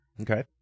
Okay